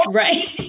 right